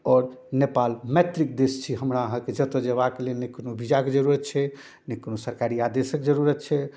आओर नेपाल मैत्री देश छी हमरा अहाँके जतऽ जेबाके लेल नहि कोनो वीजाके जरूरत छै नहि कोनो सरकारी आदेशके जरूरत छै